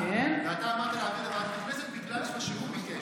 ואתה אמרת להעביר לוועדת הכנסת בגלל שהוא ביקש,